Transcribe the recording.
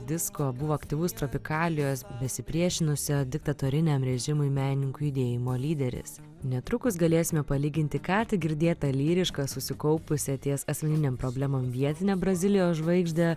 disko buvo aktyvus tropikalijos besipriešinusią diktatoriniam režimui menininkų judėjimo lyderis netrukus galėsime palyginti ką tik girdėtą lyrišką susikaupusią ties asmeninėm problemom vietinę brazilijos žvaigždę